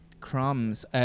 Crumbs